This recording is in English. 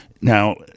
Now